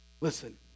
Listen